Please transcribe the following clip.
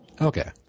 Okay